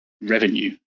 revenue